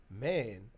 Man